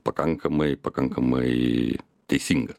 pakankamai pakankamai teisinga